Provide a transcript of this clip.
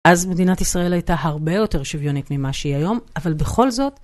אז מדינת ישראל הייתה הרבה יותר שוויונית ממה שהיא היום, אבל בכל זאת...